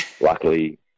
luckily